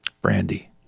Brandy